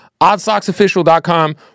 Oddsocksofficial.com